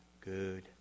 Good